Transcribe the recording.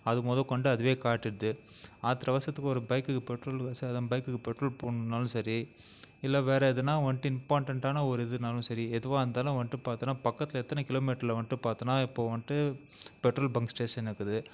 அது மொதற்கொண்டு அதுவே காட்டிடுது ஆத்திர அவசரத்துக்கு ஒரு பைக்குக்கு பெட்ரோல் அதுதான் பைக்குக்கு பெட்ரோல் போடணுன்னாலும் சரி இல்லை வேறு எதுனால் வந்துட்டு இம்பார்ட்டண்ட்டான ஒரு இதுனாலும் சரி எதுவாக இருந்தாலும் வந்துட்டு பார்த்தீனா பக்கத்தில் எத்தனை கிலோமீட்ரில் வந்துட்டு பார்த்தீனா இப்போது வந்துட்டு பெட்ரோல் பங்க் ஸ்டேசன் இருக்குது